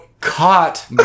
caught